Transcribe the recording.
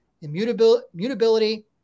immutability